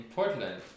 Portland